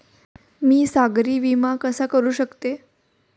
मी सागरी विमा कसा करू शकतो?